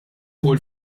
fuq